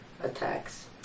attacks